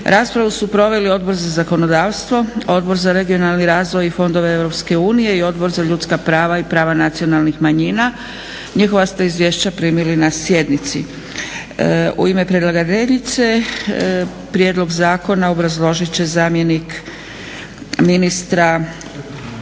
Raspravu su proveli Odbor za zakonodavstvo, Odbora za regionalni razvoj i fondove Europske unije i Odbora za ljudska prava i prava nacionalnih manjina. Njihova ste izvješća primili na sjednici. U ime predlagateljice, prijedlog zakona obrazložit će zamjenik ministra,